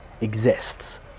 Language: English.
exists